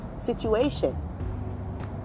situation